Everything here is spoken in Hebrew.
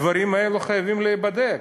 הדברים האלה חייבים להיבדק.